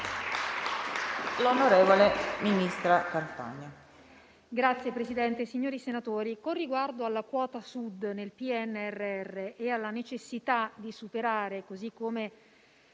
Signor Presidente, onorevoli senatori, con riguardo alla quota Sud nel PNRR e alla necessità di superare, così come